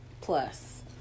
plus